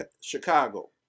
Chicago